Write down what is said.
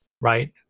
Right